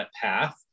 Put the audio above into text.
path